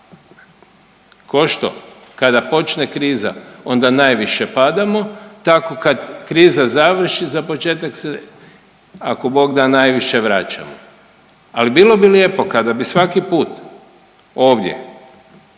košto kada počne kriza onda najviše padamo, tako kad kriza završi za početak se ako Bog da najviše vraćamo, al bilo bi lijepo kada bi svaki put ovdje